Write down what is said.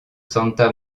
santa